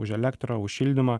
už elektrą už šildymą